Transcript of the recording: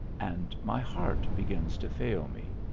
and my heart begins to fail me.